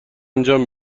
انجام